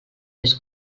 més